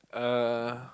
uh